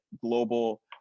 global